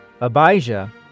Abijah